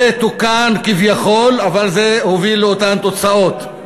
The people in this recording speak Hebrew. זה תוקן כביכול, אבל זה הוביל לאותן תוצאות.